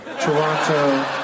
Toronto